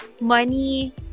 money